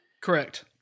Correct